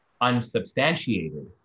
unsubstantiated